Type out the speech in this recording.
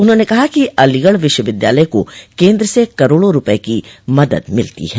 उन्होंने कहा कि अलीगढ़ विश्वविद्यालय को केन्द्र से करोड़ों रूपये की मदद मिलती है